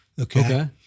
Okay